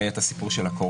היה את הסיפור של הקורונה,